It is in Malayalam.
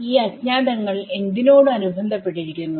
ഈ അജ്ഞാതങ്ങൾ എന്തിനോട് അനുബന്ധപ്പെട്ടിരിക്കുന്നു